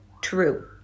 true